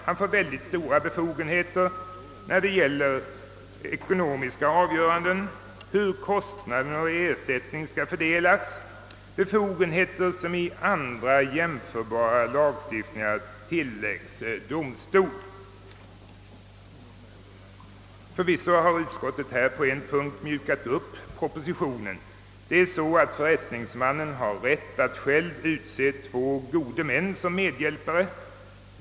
Han får mycket stora befogenheter när det gäller ekonomiska avgöranden, såsom hur kostnader och ersättning skall fördelas, befogenheter som i andra jämförbara lagstiftningar tillägges domstol. Förvisso har utskottet här på en punkt mjukat upp propositionen. Förrättningsmannen har rätt att själv utse två gode män som medhjälpare.